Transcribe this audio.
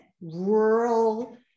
rural